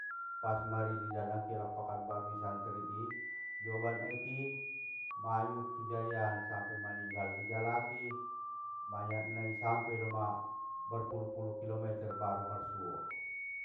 Pas maridi danaki alak pakanbarui santri i, ioban aeki, mayup tu jaean sampe maninggal, ijalaki mayat nai sampe doma, marpulu pulu kilometer baru marsuo.